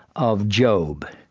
of job.